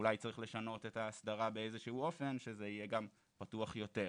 שאולי צריך לשנות את ההסדרה באיזה שהוא אופן שזה יהיה גם פתוח יותר.